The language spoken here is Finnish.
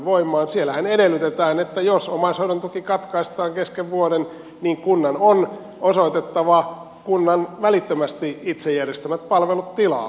siellähän edellytetään että jos omaishoidon tuki katkaistaan kesken vuoden niin kunnan on osoitettava välittömästi kunnan itse järjestämät palvelut tilalle